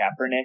Kaepernick